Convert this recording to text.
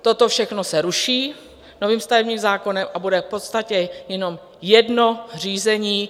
Toto všechno se ruší novým stavebním zákonem a bude v podstatě jenom jedno řízení.